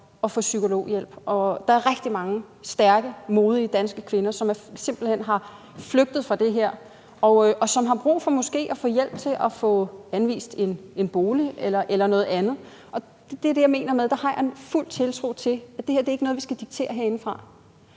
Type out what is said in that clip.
at få psykologhjælp. Men der er rigtig mange stærke, modige, danske kvinder, som simpelt hen er flygtet fra det her, og som måske har brug for at få hjælp til at få anvist en bolig eller noget andet. Det er det, jeg mener. Der har jeg fuld tiltro til, at det her ikke er noget, vi skal diktere herindefra.